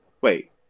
wait